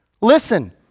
Listen